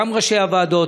גם ראשי הוועדות,